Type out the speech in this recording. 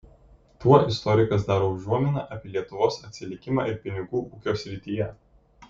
tuo istorikas daro užuominą apie lietuvos atsilikimą ir pinigų ūkio srityje